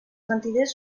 mentiders